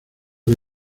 que